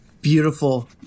Beautiful